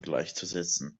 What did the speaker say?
gleichzusetzen